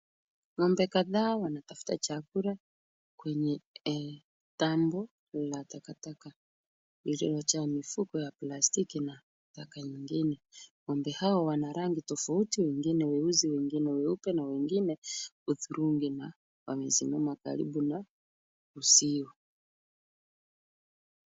Ng'ombe kadhaa wanatafuta chakula kwenye dump la takataka lililojaa mifuko ya plastiki na taka nyingine. Ng'ombe hao wana rangi tofauti wengine weusi, wengine weupe na wengine hudhurungi na wamesimama karibu na uzio.